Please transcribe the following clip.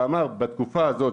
ואמר בתקופה הזאת,